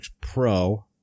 Pro